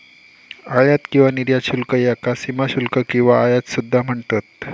आयात किंवा निर्यात शुल्क याका सीमाशुल्क किंवा आयात सुद्धा म्हणतत